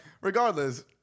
regardless